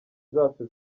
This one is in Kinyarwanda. zacu